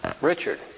Richard